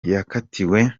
yakatiwe